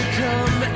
come